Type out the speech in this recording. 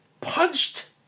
punched